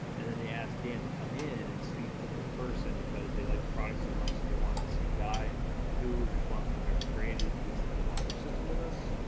and then they asked dan to come in and speak to them in person because they liked the product so much, they wanted to see the guy who was responsible for having created this, the modular system with us.